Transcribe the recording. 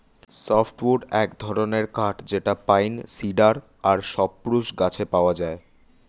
soft wood এক ধরনের কাঠ যেটা পাইন, সিডার আর সপ্রুস গাছে পাওয়া যায়